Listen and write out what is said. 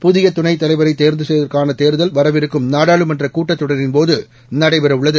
புதிய துணைத்தலைவரை தேர்வு செய்வதற்கான தேர்தல் வரவிருக்கும் நாடாளுமன்ற கூட்டத் தொடரின்போது நடைபெறவுள்ளது